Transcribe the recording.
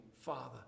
Father